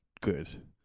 good